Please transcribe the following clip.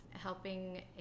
helping